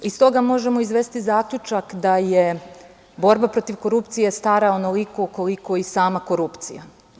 Iz toga možemo izvesti zaključak da je borba protiv korupcije stara onoliko koliko i sama korupcija.